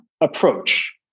approach